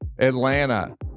Atlanta